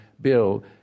bill